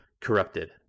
Corrupted